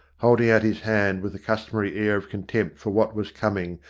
holding out his hand with the customary air of contempt for what was coming,